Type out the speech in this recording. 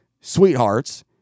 Sweethearts